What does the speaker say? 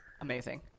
Amazing